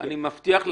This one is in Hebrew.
אני מבטיח לך.